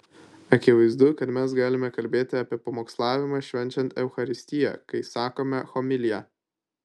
akivaizdu kad mes galime kalbėti apie pamokslavimą švenčiant eucharistiją kai sakome homiliją